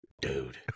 dude